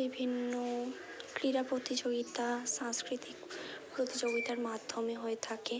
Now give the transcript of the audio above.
বিভিন্ন ক্রীড়া প্রতিযোগিতা সাংস্কৃতিক প্রতিযোগিতার মাধ্যমে হয়ে থাকে